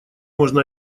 можно